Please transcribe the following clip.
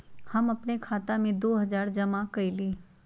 हम अपन खाता में दो हजार जमा कइली